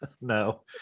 no